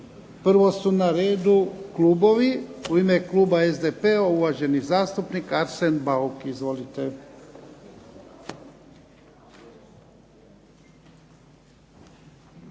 Prvo su na redu klubovi. U ime kluba SDP-a, uvaženi zastupnik Arsen Bauk. Izvolite.